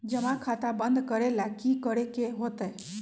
जमा खाता बंद करे ला की करे के होएत?